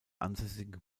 ansässigen